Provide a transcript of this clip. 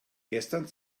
gestern